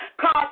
Cause